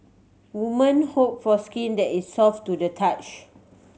women hope for skin that is soft to the touch